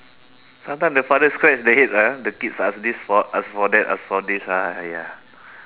sometime the father scratch the head ah the kids ask this for ask for that ask for this ah !aiya!